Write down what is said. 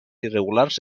irregulars